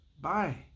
Bye